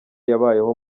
yabayeho